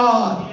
God